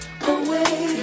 away